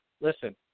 Listen